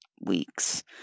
weeks